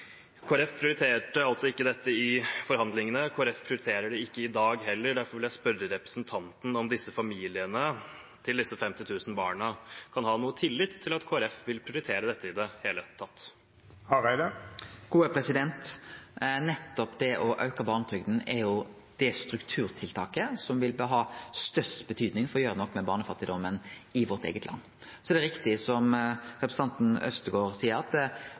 Folkeparti prioriterte altså ikke dette i forhandlingene. Kristelig Folkeparti prioriterer det heller ikke i dag. Derfor vil jeg spørre representanten om familiene til disse 50 000 barna kan ha noen tillit til at Kristelig Folkeparti vil prioritere dette i det hele tatt. Nettopp det å auke barnetrygda er det strukturtiltaket som vil ha størst betydning for å gjere noko med barnefattigdomen i vårt eige land. Det er riktig som representanten Øvstegård seier, at